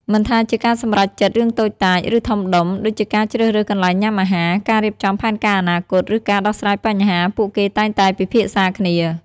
មិនថាជាការសម្រេចចិត្តរឿងតូចតាច ឬធំដុំ ដូចជាការជ្រើសរើសកន្លែងញ៉ាំអាហារ ការរៀបចំផែនការអនាគត ឬការដោះស្រាយបញ្ហា ពួកគេតែងពិភាក្សាគ្នា។